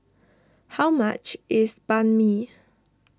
how much is Banh Mi